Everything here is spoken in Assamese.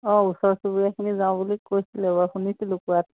অঁ ওচৰ চুবুৰীয়াখিনি যাওঁ বুলি কৈছিলে বাৰু শুনিছিলোঁ কোৱাত